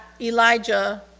Elijah